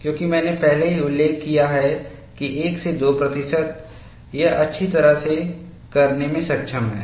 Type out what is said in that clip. क्योंकि मैंने पहले ही उल्लेख किया है कि 1 से 2 प्रतिशत यह अच्छी तरह से करने में सक्षम है